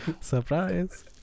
Surprise